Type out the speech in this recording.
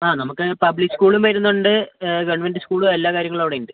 ആ നമുക്ക് പബ്ലിക് സ്കൂളും വരുന്നുണ്ട് ഗവൺമെൻറ്റ് സ്കൂളും എല്ലാ കാര്യങ്ങളും അവിടെ ഉണ്ട്